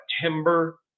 September